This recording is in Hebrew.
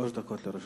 שלוש דקות לרשותך.